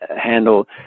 handle